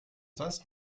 sonst